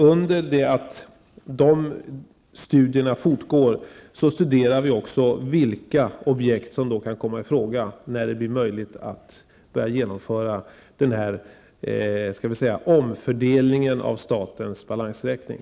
Under tiden studerar vi också vilka objekt som kan komma i fråga när det blir möjligt att genomföra denna omfördelning av statens balansräkning.